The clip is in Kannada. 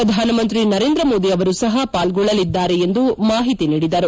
ಪ್ರಧಾನ ಮಂತ್ರಿ ನರೇಂದ್ರ ಮೋದಿ ಅವರು ಸಹ ಪಾಲ್ಗೊಳ್ಳಲಿದ್ದಾರೆ ಎಂದು ಮಾಹಿತಿ ನೀಡಿದರು